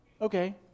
okay